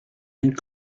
and